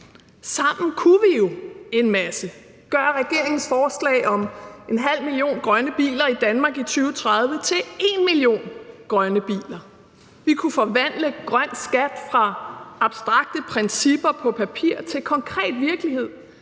Sammen kunne vi jo en masse; gøre regeringens forslag om 500.000 grønne elbiler i 2030 til 1 mio. grønne biler; vi kunne forvandle grøn skat fra abstrakte principper til konkret virkelighed